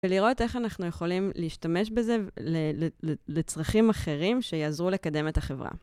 ולראות איך אנחנו יכולים להשתמש בזה לצרכים אחרים שיעזרו לקדם את החברה.